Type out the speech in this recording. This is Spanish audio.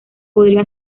podría